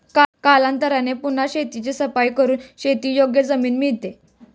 कालांतराने पुन्हा शेताची सफाई करून शेतीयोग्य जमीन मिळते